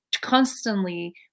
constantly